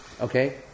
okay